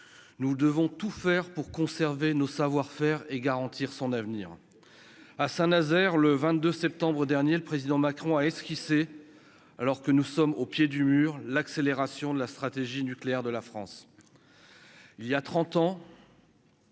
nous devons tout faire pour conserver nos savoir-faire et garantir son avenir à Saint-Nazaire le 22 septembre dernier le président Macron a esquissé alors que nous sommes au pied du mur, l'accélération de la stratégie nucléaire de la France,